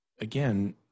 again